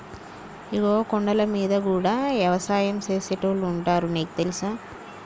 ఇగో కొండలమీద గూడా యవసాయం సేసేటోళ్లు ఉంటారు నీకు తెలుసా